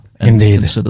Indeed